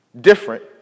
different